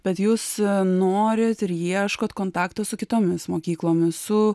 bet jūs norit ir ieškot kontakto su kitomis mokyklomis su